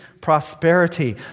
prosperity